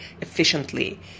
efficiently